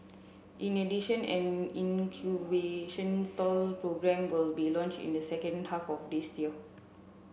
in addition an incubation stall programme will be launch in the second half of this year